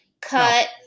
cut